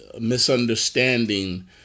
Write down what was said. misunderstanding